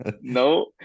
no